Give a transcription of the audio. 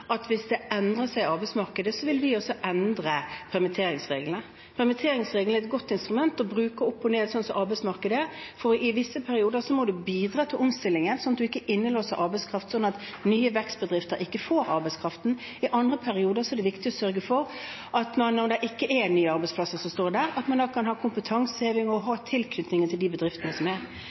at hvis arbeidsmarkedet endrer seg, vil vi også endre permitteringsreglene. Permitteringsreglene er et godt instrument å bruke opp og ned, slik arbeidsmarkedet er, for i visse perioder må man bidra til omstillingen sånn at man ikke låser arbeidskraft inne og nye vekstbedrifter ikke får arbeidskraften. I andre perioder er det viktig å sørge for at man, når det ikke er nye arbeidsplasser som står der, kan ha kompetanseheving og ha tilknytning til de bedriftene som er.